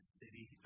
city